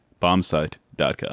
bombsite.com